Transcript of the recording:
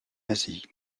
asie